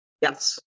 Yes